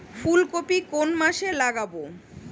ফুলকপি কোন মাসে লাগাবো?